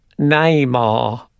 neymar